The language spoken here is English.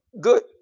good